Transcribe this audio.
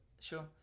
Sure